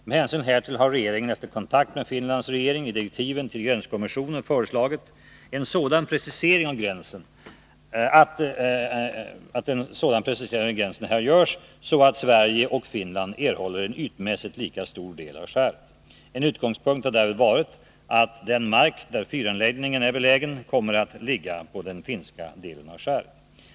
Med hänsyn härtill har regeringen efter kontakter med Finlands regering i direktiven till gränskommissionen föreslagit att en sådan precisering av gränsen här görs att Sverige och Finland erhåller en ytmässigt lika stor del av skäret. En utgångspunkt har därvid varit att den mark där fyranlägggningen är belägen kommer att ligga på den finska delen av skäret.